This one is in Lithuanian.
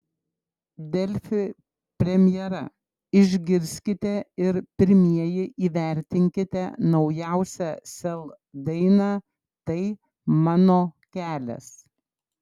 delfi premjera išgirskite ir pirmieji įvertinkite naujausią sel dainą tai mano kelias